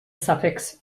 suffix